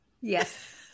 Yes